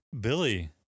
Billy